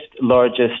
largest